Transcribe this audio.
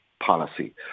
policy